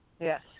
Yes